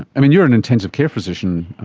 i mean, you're an intensive care physician,